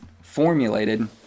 formulated